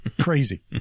Crazy